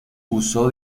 usó